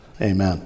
Amen